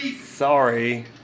sorry